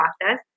process